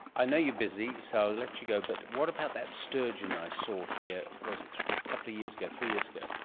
i know you're busy so i'll let you go, but what about that sturgeon i saw here, was it a couple of years ago, three years ago?